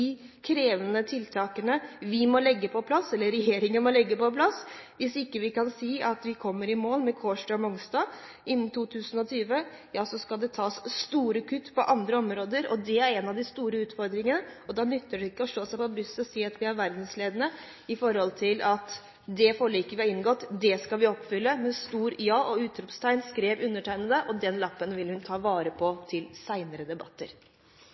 krevende tiltakene vi – eller regjeringen – må legge på plass. Hvis vi ikke kan si at vi kommer i mål med Kårstø og Mongstad innen 2020, skal det tas store kutt på andre områder. Det er en av de store utfordringene. Da nytter det ikke å slå seg på brystet og si at vi er verdensledende. Når det gjelder det forliket vi har inngått: Det skal vi oppfylle – med et stort ja og utropstegn, skrev undertegnede, og den lappen vil hun ta vare på til senere debatter.